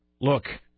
look